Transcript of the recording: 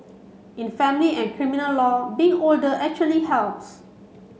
in family and criminal law being older actually helps